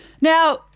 Now